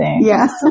Yes